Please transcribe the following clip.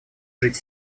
жить